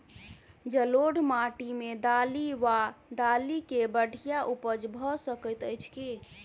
जलोढ़ माटि मे दालि वा दालि केँ बढ़िया उपज भऽ सकैत अछि की?